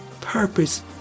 purpose